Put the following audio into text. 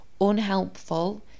unhelpful